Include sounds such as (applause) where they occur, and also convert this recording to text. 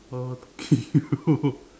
what what talking (breath) you (laughs)